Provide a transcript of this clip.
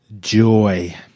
joy